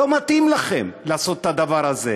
לא מתאים לכם לעשות את הדבר הזה.